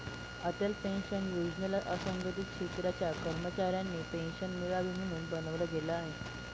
Atal pension योजनेला असंघटित क्षेत्राच्या कर्मचाऱ्यांना पेन्शन मिळावी, म्हणून बनवलं गेलं आहे